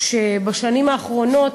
בשנים האחרונות,